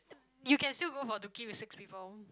you can still go for with six people